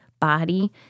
body